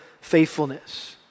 faithfulness